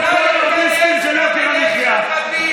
הכלכלה לשעבר,